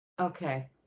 Okay